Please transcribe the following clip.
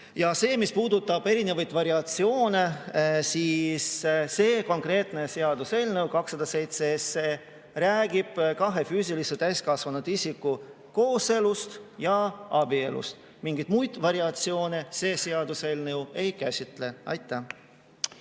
Ja mis puudutab erinevaid variatsioone, siis see konkreetne seaduseelnõu 207 räägib kahe füüsilise täiskasvanud isiku kooselust ja abielust. Mingeid muid variatsioone see seaduseelnõu ei käsitle. Aitäh